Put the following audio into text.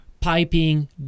piping